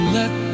let